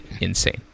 insane